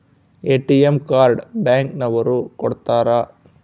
ATM card bank ನವರು ಕೊಡ್ತಾರ